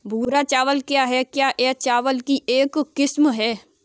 भूरा चावल क्या है? क्या यह चावल की एक किस्म है?